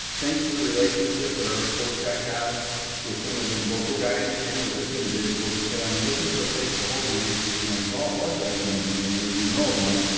thanks to the relationship that our sports guy has with some of the local guys and with this individual, he said, i'm looking for a place to hold my my volleyball tournament in january. do you know of one?